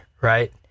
right